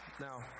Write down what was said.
Now